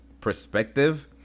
perspective